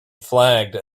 flagged